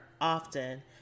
often